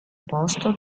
posto